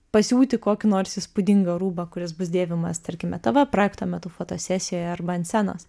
pasiūti kokį nors įspūdingą rūbą kuris bus dėvimas tarkime tv projekto metu fotosesijoje arba ant scenos